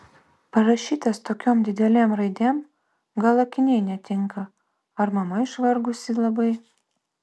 parašytas tokiom didelėm raidėm gal akiniai netinka ar mama išvargusi labai